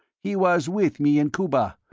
he was with me in cuba,